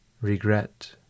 regret